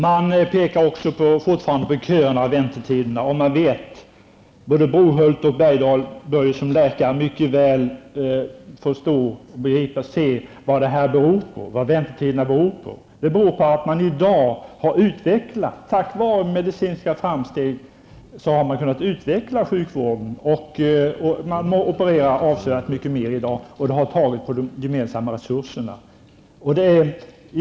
Det pekas också fortfarande på köerna och väntetiderna. Både Johan Brohult och Leif Bergdahl bör som läkare mycket väl förstå vad väntetiderna beror på. De beror på att man nu, tack vare medicinska framsteg, har kunnat utveckla sjukvården. Man opererar alltså avsevärt mycket mer i dag, vilket har belastat de gemensamma resurerna.